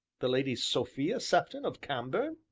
the lady sophia sefton of cambourne?